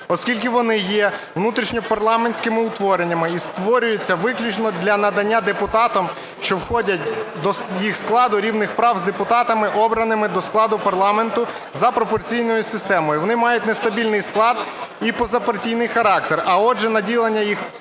оскільки вони є внутрішньопарламентськими утвореннями і створюються виключно для надання депутатам, що входять до їх складу, рівних прав з депутатами, обраними до складу парламенту за пропорційною системою. Вони мають нестабільний склад і позапартійний характер, а, отже, наділення їх